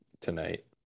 tonight